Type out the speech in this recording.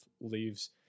leaves